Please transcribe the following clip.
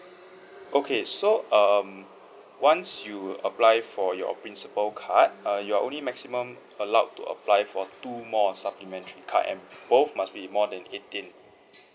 okay so um once you apply for your principal card uh you're only maximum allowed to apply for two more supplementary card and both must be more than eighteen